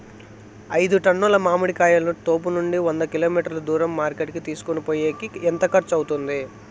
ఐదు టన్నుల మామిడి కాయలను తోపునుండి వంద కిలోమీటర్లు దూరం మార్కెట్ కి తీసుకొనిపోయేకి ఎంత ఖర్చు అవుతుంది?